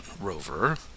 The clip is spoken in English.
rover